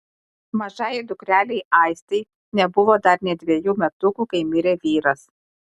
mažajai dukrelei aistei nebuvo dar nė dvejų metukų kai mirė vyras